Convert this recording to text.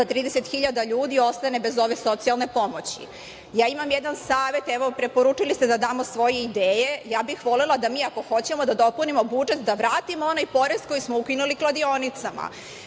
da 30.000 ljudi ostane bez ove socijalne pomoći. Ja imam jedan savet, evo preporučili ste da damo svoje ideje, ja bih volela da mi, ako hoćemo popunimo budžet, vratimo onaj porez koji smo ukinuli kladionicama. Mi